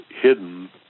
hidden